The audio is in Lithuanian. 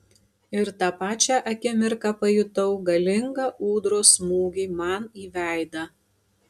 ir tą pačią akimirką pajutau galingą ūdros smūgį man į veidą